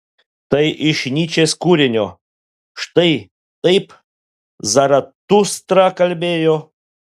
tai iš nyčės kūrinio štai taip zaratustra kalbėjo